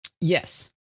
Yes